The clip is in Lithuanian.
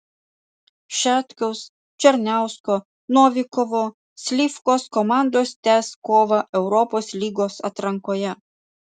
šetkaus černiausko novikovo slivkos komandos tęs kovą europos lygos atrankoje